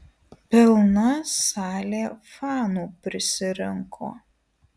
pilna salė fanų prisirinko